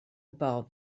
about